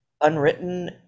unwritten